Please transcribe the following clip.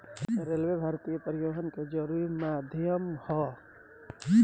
railway भारतीय परिवहन के जरुरी माध्यम ह